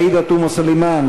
עאידה תומא סלימאן,